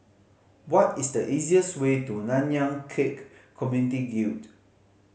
what is the easiest way to Nanyang Khek Community Guild